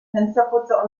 fensterputzer